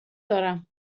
دارم